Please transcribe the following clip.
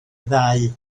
ddau